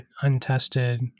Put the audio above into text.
untested